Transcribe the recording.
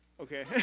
Okay